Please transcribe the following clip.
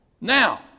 Now